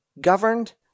governed